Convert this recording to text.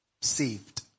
saved